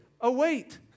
Await